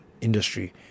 industry